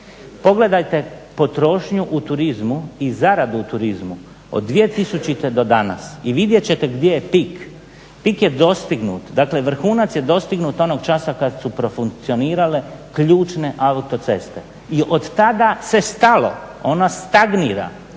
Pogledajte potrošnju u turizmu i zaradu u turizmu od 2000. do danas i vidjeti ćete gdje je pik, pik je dostignut. Dakle, vrhunac je dostignut onog časa kada su profunkcionirale ključne autoceste. I od tada se stalo ona stagnira